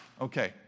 Okay